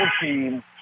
team